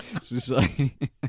Society